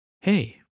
hey